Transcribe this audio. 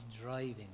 driving